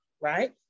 right